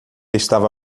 estava